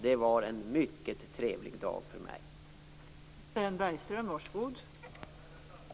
Det var en mycket trevlig dag för mig i går.